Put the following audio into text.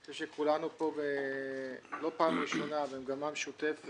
אני חושב שכולנו פה לא פעם ראשונה במגמה משותפת